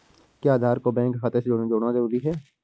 क्या आधार को बैंक खाते से जोड़ना जरूरी है?